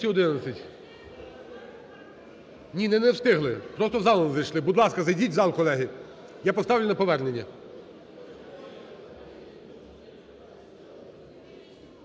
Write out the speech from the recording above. Ні, не встигли, просто в залу не зайшли. Будь ласка, зайдіть у зал, колеги. Я поставлю на повернення.